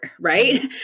Right